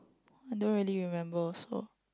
I don't really remember also